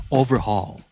overhaul